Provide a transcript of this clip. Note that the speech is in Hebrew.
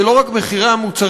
זה לא רק מחירי המוצרים,